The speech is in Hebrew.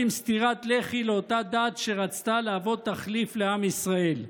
סטירת לחי לאותה דת שרצתה להוות תחליף לעם ישראל.